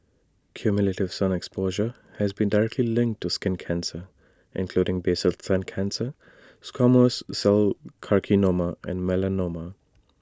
cumulative sun exposure has been directly linked to skin cancer including basal cell cancer squamous cell carcinoma and melanoma